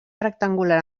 rectangular